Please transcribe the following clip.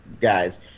guys